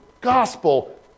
gospel